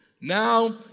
Now